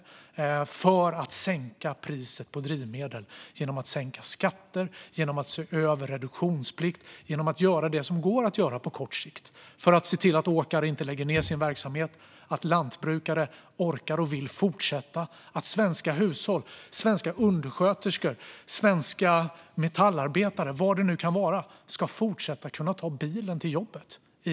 Det handlar om att sänka priset på drivmedel genom att sänka skatter, genom att se över reduktionsplikt, genom att göra det som går att göra på kort sikt för att se till att åkare inte lägger ned sin verksamhet, att lantbrukare orkar och vill fortsätta, att svenska hushåll klarar sig och att svenska undersköterskor, svenska metallarbetare och vilka det nu kan vara ska fortsätta att kunna ta bilen till jobbet.